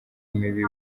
mibi